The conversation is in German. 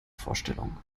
vorstellung